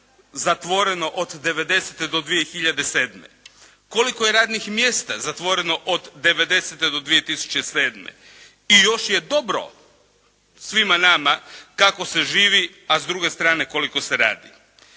koliko je radnih mjesta zatvoreno od '90. do 2007. I još je dobro svima nama kako se živi a s druge strane koliko se radi.